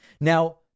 Now